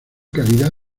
calidad